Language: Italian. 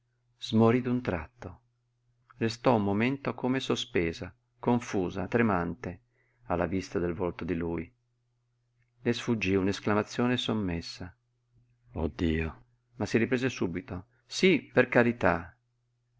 silvagni smorí d'un tratto restò un momento come sospesa confusa tremante alla vista del volto di lui le sfuggí un'esclamazione sommessa oh dio ma si riprese subito sí per carità